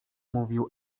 mówił